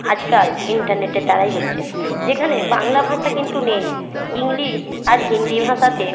আজকাল ইন্টারনেটের দ্বারাই হচ্ছে যেখানে বাংলা ভাষা কিন্তু নেই ইংলিশ আর হিন্দি ভাষাতে